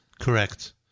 Correct